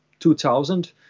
2000